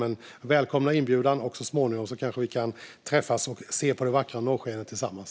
Men jag välkomnar inbjudan, och så småningom kanske vi kan träffas och se på det vackra norrskenet tillsammans.